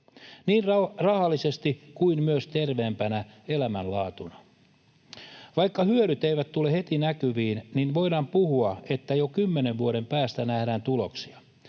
niin rahallisesti kuin myös terveempänä elämänlaatuna. Vaikka hyödyt eivät tule heti näkyviin, voidaan puhua, että jo 10 vuoden päästä nähdään tuloksia,